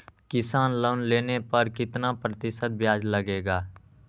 किसान लोन लेने पर कितना प्रतिशत ब्याज लगेगा?